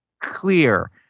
clear